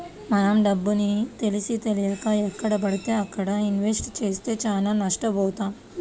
మనం డబ్బుని తెలిసీతెలియక ఎక్కడబడితే అక్కడ ఇన్వెస్ట్ చేస్తే చానా నష్టబోతాం